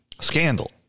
scandal